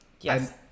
Yes